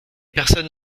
personne